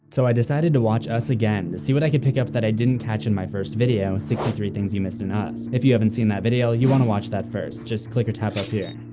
so i decided to watch us again to see what i could pick up that i didn't catch in my first video, sixty three things you missed in us. if you haven't seen that video, you'll want to watch that first, just click or tap up here.